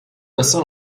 bassin